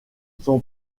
son